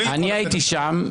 אני הייתי שם,